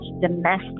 domestic